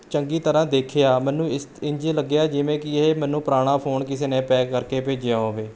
ਚੰਗੀ ਤਰ੍ਹਾਂ ਦੇਖਿਆ ਮੈਨੂੰ ਇਸ ਇੰਝ ਲੱਗਿਆ ਜਿਵੇਂ ਕਿ ਇਹ ਮੈਨੂੰ ਪੁਰਾਣਾ ਫ਼ੋਨ ਕਿਸੇ ਨੇ ਪੈਕ ਕਰਕੇ ਭੇਜਿਆ ਹੋਵੇ